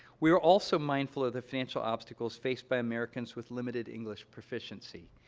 we are also mindful of the financial obstacles faced by americans with limited english proficiency.